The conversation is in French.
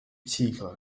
tigre